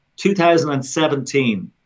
2017